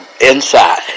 Inside